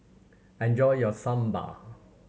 enjoy your Sambar